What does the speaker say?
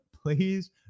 Please